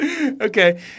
okay